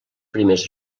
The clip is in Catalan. primers